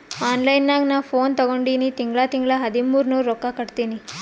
online ನಾಗ್ ನಾ phone ತಗೊಂಡಿನಿ ತಿಂಗಳಾ ತಿಂಗಳಾ ಹದಿಮೂರ್ ನೂರ್ ರೊಕ್ಕಾ ಕಟ್ಟತ್ತಿನಿ